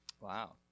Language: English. Wow